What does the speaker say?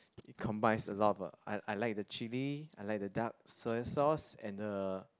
it combines a lot of I I like the chilli I like the dark soya sauce and the